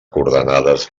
coordenades